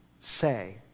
say